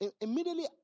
immediately